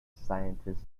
scientist